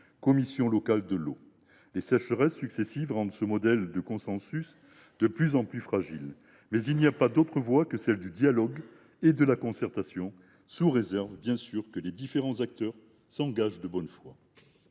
commissions locales de l’eau. Les sécheresses successives rendent ce modèle du consensus de plus en plus fragile, mais il n’y a pas d’autre voie que celle du dialogue et de la concertation, sous réserve bien évidemment que les différents acteurs s’engagent de bonne foi.